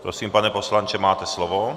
Prosím, pane poslanče, máte slovo.